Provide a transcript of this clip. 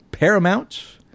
Paramount